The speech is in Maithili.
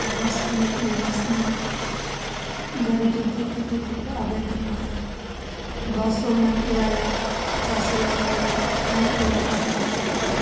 तऽ बसमे बैठलहुँ बसमे गाड़ी रुकैत रुकैत आबैत रहै बसोमे किराआ पचासे रुपैआ लै हइ तऽ खानपुर उतारि दै हइ